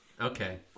okay